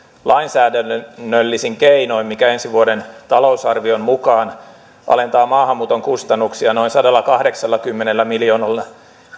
lainsäädännöllisin keinoin mikä ensi vuoden talousarvion mukaan alentaa maahanmuuton kustannuksia noin sadallakahdeksallakymmenellä miljoonalla